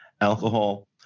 alcohol